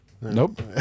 nope